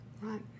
Right